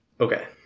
Okay